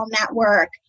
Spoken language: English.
network